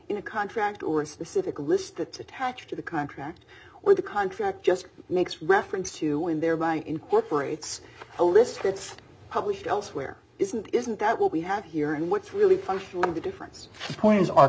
in a contract or a specific list attached to the contract where the contract just makes reference to when they're buying incorporates a list gets published elsewhere isn't isn't that what we have here and what's really functionally the difference points are